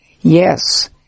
Yes